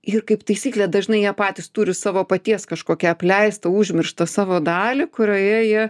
ir kaip taisyklė dažnai jie patys turi savo paties kažkokią apleistą užmirštą savo dalį kurioje jie